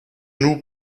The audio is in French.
nous